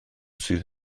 sydd